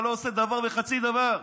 אתה לא עושה דבר וחצי דבר.